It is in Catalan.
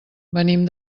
venim